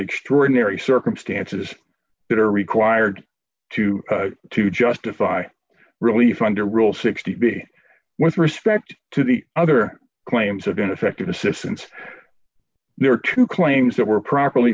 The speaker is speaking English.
extraordinary circumstances that are required to to justify relief under rule sixty b with respect to the other claims of an effect of assistance there are two claims that were properly